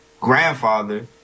grandfather